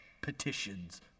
petitions